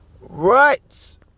Right